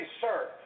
sir